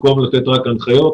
במקום לתת רק הנחיות,